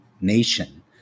nation